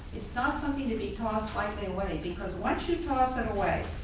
it's not something to be tossed slightly away because once you toss it away